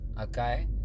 okay